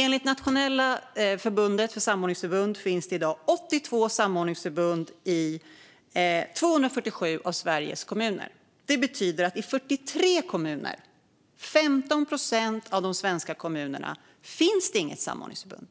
Enligt det nationella förbundet för samordningsförbund finns det i dag 82 samordningsförbund i 247 av Sveriges kommuner. Det betyder att i 43 kommuner, 15 procent av de svenska kommunerna, finns det inget samordningsförbund.